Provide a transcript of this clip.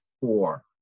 four